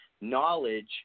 knowledge